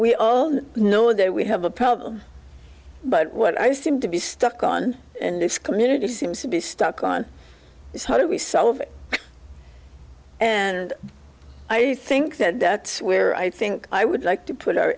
we all know that we have a problem but what i seem to be stuck on and this community seems to be stuck on is how do we solve it and i do think that that's where i think i would like to put our